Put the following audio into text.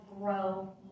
grow